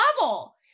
level